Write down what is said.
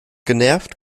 genervt